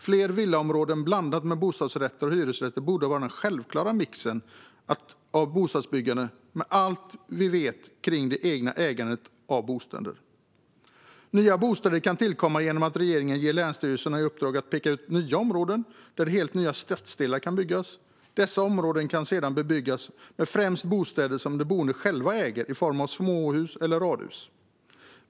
Fler villaområden blandade med bostadsrätter och hyresrätter borde, med allt vi vet om det egna ägandet av bostäder, vara den självklara mixen av bostadsbyggande. Nya bostäder kan tillkomma genom att regeringen ger länsstyrelserna i uppdrag att peka ut nya områden, där helt nya stadsdelar kan byggas. Dessa områden kan sedan bebyggas med främst bostäder som de boende själva äger, i form av småhus eller radhus.